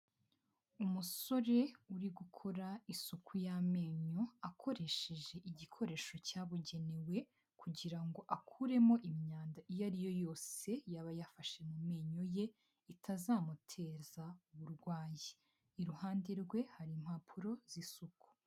Umusore uri gukora isuku y'amenyo akoresheje igikoresho cyabugenewe kugira ngo akuremo imyanda iyo ari yo yose yaba yafashe mu menyo ye itazamuteza uburwayi iruhande rwe hari impapuro z'isuku.